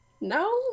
No